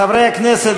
חברי הכנסת,